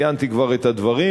ציינתי כבר את הדברים.